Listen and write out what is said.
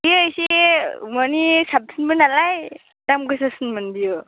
बे एसे मानि साबसिनमोन नालाय दाम गोसासिनमोन बियो